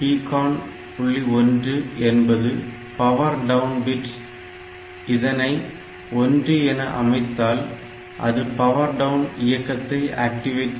1 என்பது power down bit இதனை ஒன்று என அமைத்தால் அது பவர் டவுன் இயக்கத்தை ஆக்டிவேட் செய்கிறது